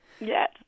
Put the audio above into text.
Yes